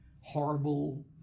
horrible